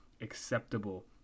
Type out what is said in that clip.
acceptable